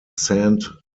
saint